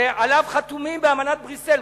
שעליו חתומים באמנת בריסל.